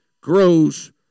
grows